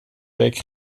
week